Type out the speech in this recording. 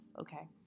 okay